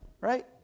right